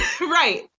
right